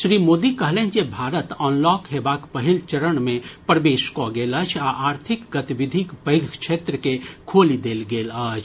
श्री मोदी कहलनि जे भारत अनलॉक हेबाक पहिल चरण मे प्रवेश कऽ गेल अछि आ आर्थिक गतिविधिक पैघ क्षेत्र के खोलि देल गेल अछि